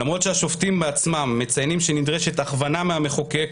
למרות שהשופטים בעצמם מציינים שנדרשת הכוונה מהמחוקק,